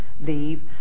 leave